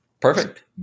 Perfect